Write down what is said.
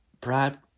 Brad